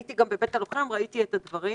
גם הייתי בבית הלוחם וראיתי את הדברים.